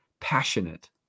passionate